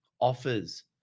offers